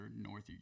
North